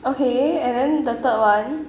okay and then the third one